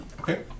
Okay